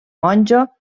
monjo